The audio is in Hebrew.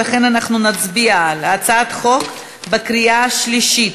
ולכן נצביע על הצעת החוק בקריאה השלישית.